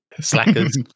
slackers